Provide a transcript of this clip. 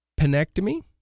penectomy